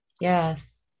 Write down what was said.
yes